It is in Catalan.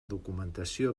documentació